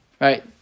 right